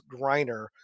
Griner